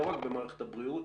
לא רק במערכת הבריאות,